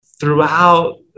throughout